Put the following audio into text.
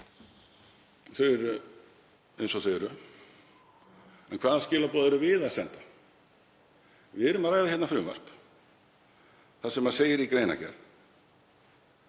eru eins og þau eru, en hvaða skilaboð erum við að senda? Við erum að ræða hér frumvarp þar sem segir í greinargerð